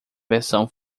versão